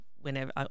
whenever